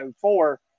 four